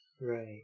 right